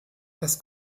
das